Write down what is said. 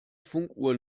funkuhr